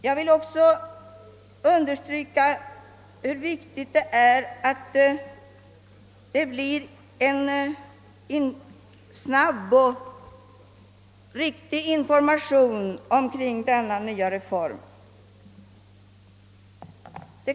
"Jag vill också understryka hur viktigt det är att vi med det snaraste får en riktig information om denna nya reform.